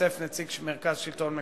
יתווסף נציג מרכז השלטון המקומי,